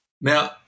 Now